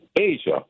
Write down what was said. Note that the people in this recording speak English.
Asia